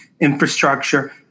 infrastructure